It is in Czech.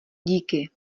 díky